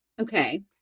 Okay